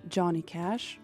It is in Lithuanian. džioni keš